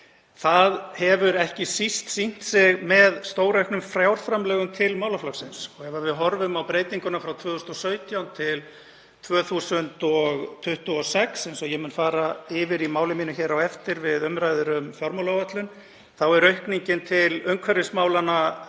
Það hefur ekki síst sýnt sig með stórauknum fjárframlögum til málaflokksins. Ef við horfum á breytinguna frá 2017–2026, sem ég mun fara yfir í máli mínu á eftir við umræðu um fjármálaáætlun, er aukningin til umhverfismála